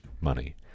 money